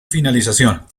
finalización